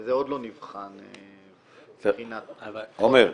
וזה עוד לא נבחן מבחינת --- עומר,